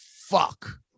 fuck